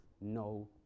no